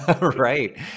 right